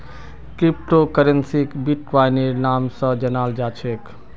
crypto करन्सीक बिट्कोइनेर नाम स जानाल जा छेक